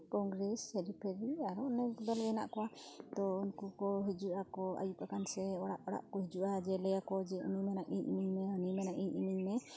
ᱠᱚᱝᱜᱨᱮᱥ ᱦᱮᱨᱤᱯᱷᱮᱨᱤ ᱟᱨᱳ ᱚᱱᱮᱠᱜᱩᱞᱟᱹ ᱫᱚᱞ ᱦᱮᱱᱟᱜ ᱠᱚᱣᱟ ᱛᱚ ᱩᱱᱠᱩ ᱠᱚ ᱦᱤᱡᱩᱜ ᱟᱠᱚ ᱟᱭᱩᱵᱽ ᱟᱠᱟᱱ ᱥᱮ ᱚᱲᱟᱜ ᱚᱲᱟᱜ ᱠᱚ ᱦᱤᱡᱩᱜᱼᱟ ᱡᱮ ᱞᱟᱹᱭᱟ ᱟᱠᱚ ᱡᱮ ᱩᱱᱤ ᱢᱮᱱᱟ ᱤᱧ ᱤᱢᱟᱹᱧᱢᱮ ᱦᱟᱱᱤ ᱢᱮᱱᱟ ᱤᱧ ᱤᱢᱟᱹᱧ ᱢᱮ